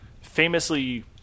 famously